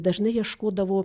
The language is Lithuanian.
dažnai ieškodavo